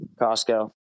Costco